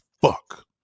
fuck